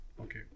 Okay